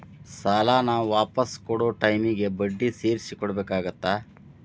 ಸಾಲಾನ ವಾಪಿಸ್ ಕೊಡೊ ಟೈಮಿಗಿ ಬಡ್ಡಿ ಸೇರ್ಸಿ ಕೊಡಬೇಕಾಗತ್ತಾ